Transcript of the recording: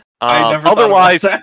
Otherwise